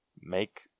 make